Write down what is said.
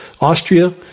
Austria